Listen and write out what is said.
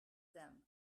them